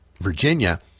Virginia